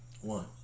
One